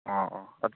ꯑꯣ ꯑꯣ